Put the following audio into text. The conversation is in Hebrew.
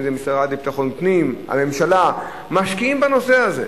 המשרד לביטחון פנים והממשלה משקיעים בנושא הזה.